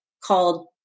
called